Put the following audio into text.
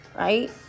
right